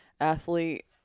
athlete